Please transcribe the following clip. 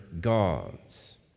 gods